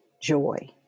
joy